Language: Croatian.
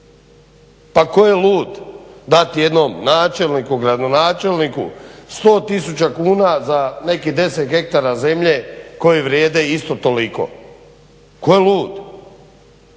Pa ko je lud dati jednom načelniku, gradonačelniku 100000 kuna za nekih 10 ha zemlje koji vrijede isto toliko? Tko je lud?